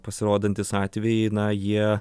pasirodantys atvejai na jie